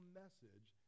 message